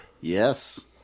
Yes